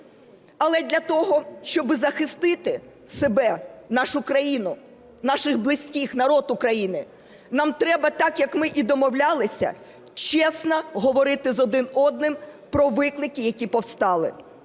Але для того, щоб захистити себе, нашу країну, наших близьких, народ України нам треба, так як ми і домовлялися, чесно говорити один з одним про виклики, які повстали.